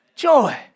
joy